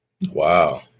Wow